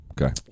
okay